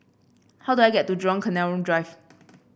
how do I get to Jurong Canal Drive